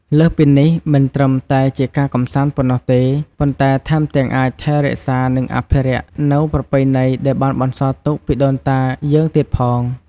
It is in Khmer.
លើសពីនេះ មិនត្រឹមតែជាការកម្សាន្តប៉ុណ្ណោះទេ ប៉ុន្តែថែមទាំងអាចថែរក្សា និងអភិរក្សនៅប្រពៃណីដែលបានបន្សល់ទុកពីដូនតាយើងទៀតផង។